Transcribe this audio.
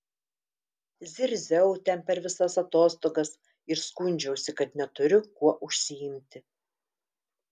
zirziau ten per visas atostogas ir skundžiausi kad neturiu kuo užsiimti